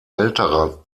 älterer